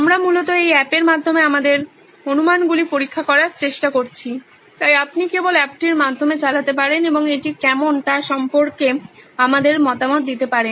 আমরা মূলত এই অ্যাপের মাধ্যমে আমাদের অনুমানগুলি পরীক্ষা করার চেষ্টা করছি তাই আপনি কেবল অ্যাপটির মাধ্যমে চালাতে পারেন এবং এটি কেমন তা সম্পর্কে আমাদের মতামত দিতে পারেন